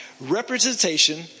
representation